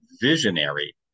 visionary